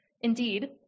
Indeed